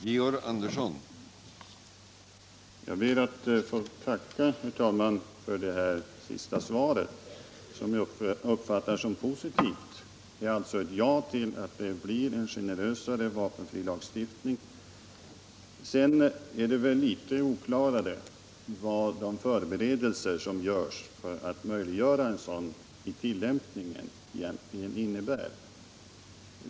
Herr talman! Jag ber att få tacka för det senaste svaret, som jag uppfattar som positivt. Det är alltså ett ja till att det blir en generösare vapenfrilagstiftning. Sedan är det litet oklarare vad de förberedelser som görs för att möjliggöra tillämpningen av en sådan lag egentligen innebär.